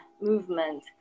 movement